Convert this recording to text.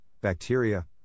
bacteria